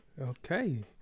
Okay